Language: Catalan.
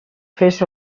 fes